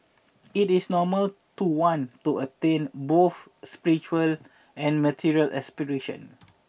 it is normal to want to attain both spiritual and material aspirations